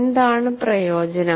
എന്താണ് പ്രയോജനം